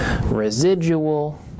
residual